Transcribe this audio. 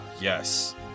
Yes